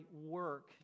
work